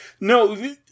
No